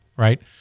right